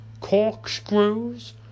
corkscrews